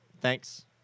Thanks